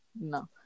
No